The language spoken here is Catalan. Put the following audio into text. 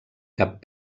cap